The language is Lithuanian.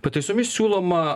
pataisomis siūloma